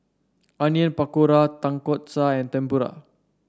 Onion Pakora Tonkatsu and Tempura